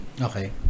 okay